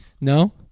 No